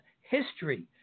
history